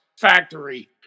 factory